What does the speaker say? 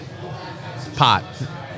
pot